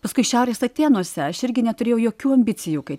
paskui šiaurės atėnuose aš irgi neturėjau jokių ambicijų kai